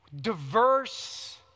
Diverse